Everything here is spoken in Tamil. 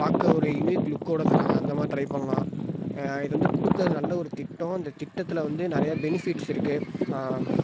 பார்க்க ஒரு யூனிக் லுக்கோடு தர்றாங்க அந்த மாதிரி ட்ரை பண்ணலாம் இது வந்து கொடுக்கறது நல்ல ஒரு திட்டம் அந்த திட்டத்தில் வந்து நிறையா பெனிஃபிட்ஸ் இருக்குது